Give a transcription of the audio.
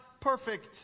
perfect